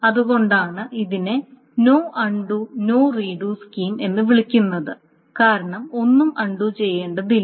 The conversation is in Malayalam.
അതുകൊണ്ടാണ് ഇതിനെ no undo no redo scheme എന്നും വിളിക്കുന്നത് കാരണം ഒന്നും അൺണ്ടു ചെയ്യേണ്ടതില്ല